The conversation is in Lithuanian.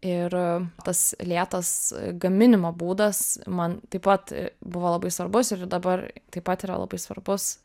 ir tas lėtas gaminimo būdas man taip pat buvo labai svarbus ir dabar taip pat yra labai svarbus